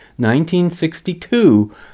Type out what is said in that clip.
1962